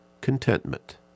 Contentment